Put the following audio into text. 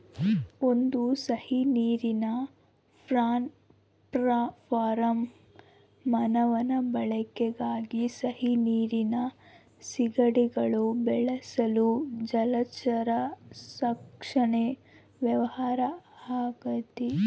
ಒಂದು ಸಿಹಿನೀರಿನ prawn farm ಮಾನವನ ಬಳಕೆಗಾಗಿ ಸಿಹಿನೀರಿನ ಸೀಗಡಿಗುಳ್ನ ಬೆಳೆಸಲು ಜಲಚರ ಸಾಕಣೆ ವ್ಯವಹಾರ ಆಗೆತೆ